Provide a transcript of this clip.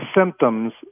symptoms